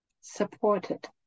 Supported